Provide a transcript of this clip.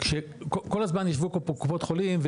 כשכל הזמן ישבו פה קופות החולים,